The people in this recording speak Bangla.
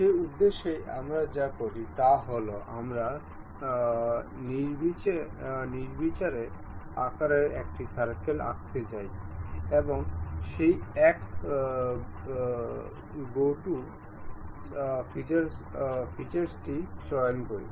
সেই উদ্দেশ্যে আমরা যা করি তা হল আমরা নির্বিচারে আকারের একটি সার্কেল আঁকতে যাই এবং সেই এক গো টু ফিচার্সটি চয়ন করি